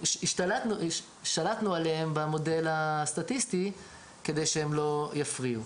שלטנו עליהם במודל הסטטיסטי כדי שהם לא יפריעו.